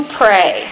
pray